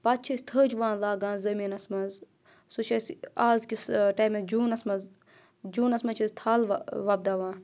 پَتہٕ چھِ أسۍ تھٔجوان لاگان زٔمیٖنَس منٛز سُہ چھِ اَسہِ آز کِس ٹایمَس جوٗنَس منٛز جوٗنَس منٛز چھِ أسۍ تھَل وۄپداوان